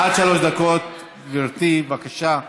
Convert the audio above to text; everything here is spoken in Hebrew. עד שלוש דקות, גברתי, בבקשה.